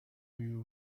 you